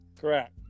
correct